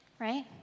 Right